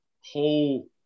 whole